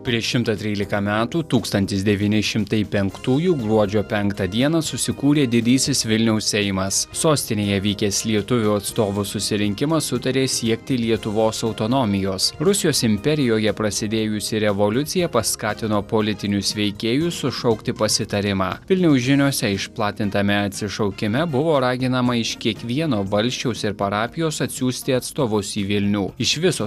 prieš šimtą trylika metų tūkstantis devyni šimtai penktųjų gruodžio penktą dieną susikūrė didysis vilniaus seimas sostinėje vykęs lietuvių atstovų susirinkimas sutarė siekti lietuvos autonomijos rusijos imperijoje prasidėjusi revoliucija paskatino politinius veikėjus sušaukti pasitarimą vilniaus žiniose išplatintame atsišaukime buvo raginama iš kiekvieno valsčiaus ir parapijos atsiųsti atstovus į vilnių iš viso